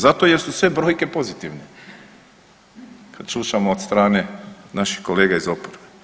Zato jer su sve brojke pozitivne, kad slušamo od strane naših kolega iz oporbe.